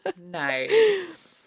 Nice